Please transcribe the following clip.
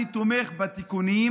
אני תומך בתיקונים,